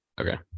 okay